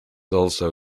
also